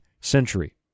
century